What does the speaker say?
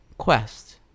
Quest